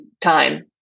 time